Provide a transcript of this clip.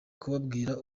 kubabwira